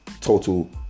total